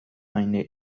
eine